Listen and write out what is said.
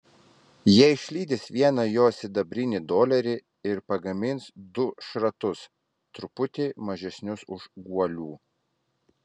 jie išlydys vieną jo sidabrinį dolerį ir pagamins du šratus truputį mažesnius už guolių